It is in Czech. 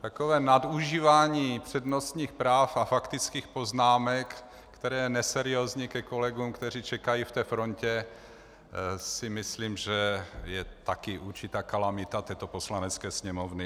Takové nadužívání přednostních práv a faktických poznámek, které je neseriózní ke kolegům, kteří čekají ve frontě, si myslím, že je taky určitá kalamita této Poslanecké sněmovny.